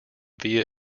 via